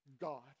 God